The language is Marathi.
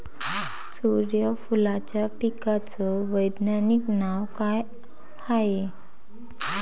सुर्यफूलाच्या पिकाचं वैज्ञानिक नाव काय हाये?